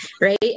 right